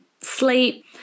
sleep